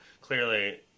clearly